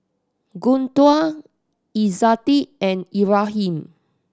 Guntur Izzati and Ibrahim